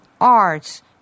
arts